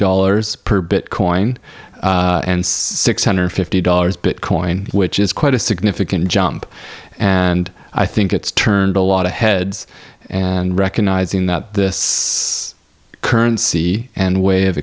dollars per bitcoin and six hundred fifty dollars bitcoin which is quite a significant jump and i think it's turned a lot of heads and recognizing that this currency and way of